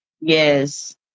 Yes